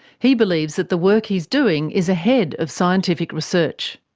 he believes that the work he is doing is ahead of scientific research.